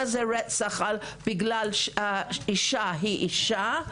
מה זה רצח בגלל שאישה היא אישה,